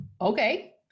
Okay